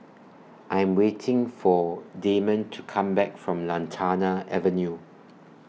I Am waiting For Damond to Come Back from Lantana Avenue